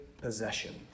possession